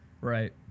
right